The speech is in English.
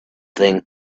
thing